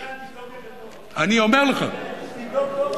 אילן, תבדוק את זה טוב שלא יצא שכרנו בהפסדנו.